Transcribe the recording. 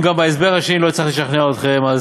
אם גם בהסבר השני לא הצלחתי לשכנע אתכם,